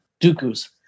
Dooku's